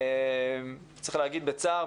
צריך להגיד בצער,